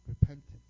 repentance